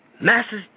masses